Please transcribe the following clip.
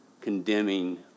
condemning